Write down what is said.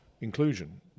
inclusion